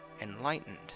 enlightened